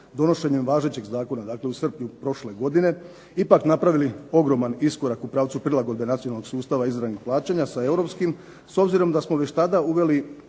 donošenjem važećeg zakona dakle u srpnju prošle godine ipak napravili ogroman iskorak u pravcu prilagodbe nacionalnog sustava izravnih plaćanja sa europskim, s obzirom da smo već tada uveli